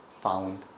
found